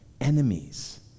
enemies